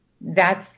thats